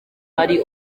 hari